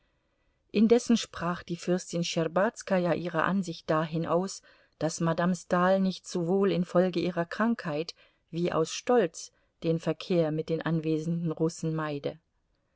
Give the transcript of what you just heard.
indessen sprach die fürstin schtscherbazkaja ihre ansicht dahin aus daß madame stahl nicht sowohl infolge ihrer krankheit wie aus stolz den verkehr mit den anwesenden russen meide